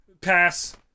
Pass